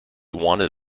wanted